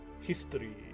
History